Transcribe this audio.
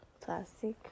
Plastic